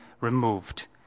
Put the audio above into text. removed